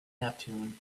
neptune